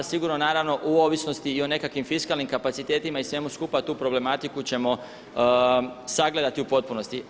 Sigurno naravno u ovisnosti i o nekakvim fiskalnim kapacitetima i svemu skupa, a tu problematiku ćemo sagledati u potpunosti.